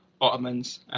Ottomans